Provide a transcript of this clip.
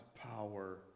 power